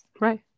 right